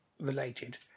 related